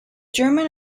german